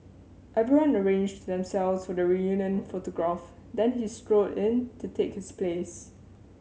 everyone arranged themselves for the reunion photograph then he strode in to take his place